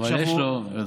אבל יש לו, דקה.